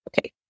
okay